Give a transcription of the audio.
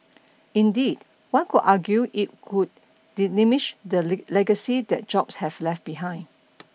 indeed one could argue it could diminish the legacy that Jobs have left behind